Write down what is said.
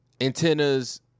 Antennas